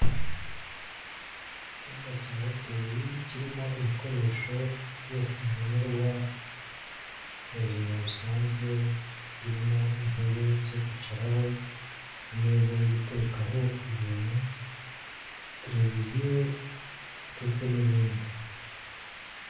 Icyumba cya hoteli kirimo ibikoresho byose nkenerwa mu buzima busanzwe birimo intebe zo kwicaraho, ameza yo guterekaho ibintu, televiziyo ndetse n'ibindi.